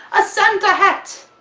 a santa hat!